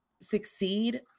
succeed